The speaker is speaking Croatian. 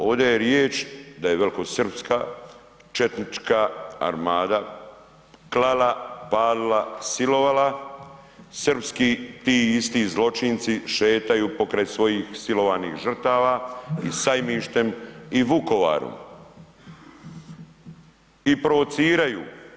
Ovdje je riječ da je velikosrpska četnička armada klala, palila, silovala, srpski ti isti zločinci šetaju pokraj svojih silovanih žrtava i Sajmištem i Vukovarom i provociraju.